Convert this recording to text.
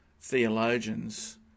theologians